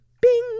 bing